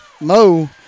Mo